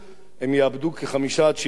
הם יאבדו חמישה עד שבעה מנדטים.